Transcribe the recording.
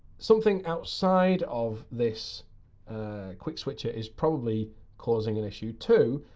something outside of this quick switcher is probably causing an issue too.